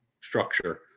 structure